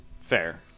Fair